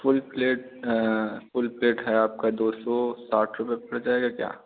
full plate full plate है आपका दो सौ साठ रुपये पड़ जाएगा क्या